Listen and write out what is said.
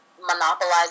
monopolize